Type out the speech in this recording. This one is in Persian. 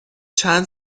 چند